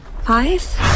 five